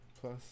Plus